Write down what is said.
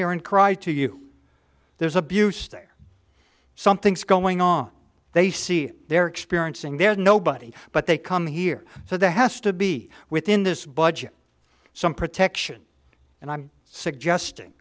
here and cry to you there's abuse there something's going on they see they're experiencing there's nobody but they come here for the has to be within this budget some protection and i'm suggesting